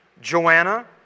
Joanna